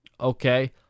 Okay